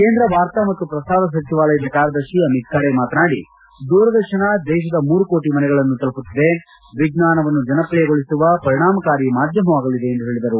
ಕೇಂದ್ರ ವಾರ್ತಾ ಮತ್ತು ಪ್ರಸಾರ ಸಚಿವಾಲಯದ ಕಾರ್ಯದರ್ಶಿ ಅಮಿತ್ ಖರೆ ಮಾತನಾಡಿ ದೂರದರ್ಶನ ದೇಶದ ಮೂರು ಕೋಟಿ ಮನೆಗಳನ್ನು ತಲುಪುತ್ತಿದೆ ವಿಜ್ಞಾನವನ್ನು ಜನಪ್ರಿಯಗೊಳಿಸುವ ಪರಿಣಾಮಕಾರಿ ಮಾಧ್ಯಮವಾಗಲಿದೆ ಎಂದು ಹೇಳಿದರು